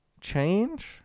change